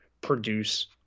produce